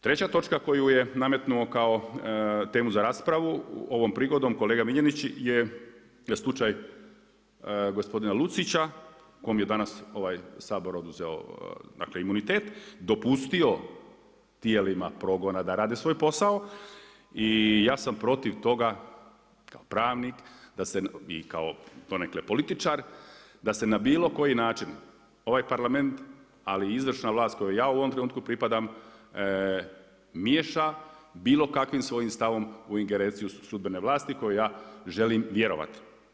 Treća točka koju je nametnuo kao temu za raspravu, ovom prigodom kolega Miljenić je slučaj gospodina Lucića kome je danas ovaj Sabor oduzeo dakle imunitet, dopustio tijelima progona da rade svoj posao i ja sam protiv toga kao pravnik da se i kao donekle političar da se na bilo koji način ovaj parlament ali i izvršna vlast kojoj ja u ovom trenutku pripadam miješa bilo kakvim svojim stavom u ingerenciju sudbene vlasti kojoj ja želim vjerovati.